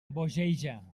bogeja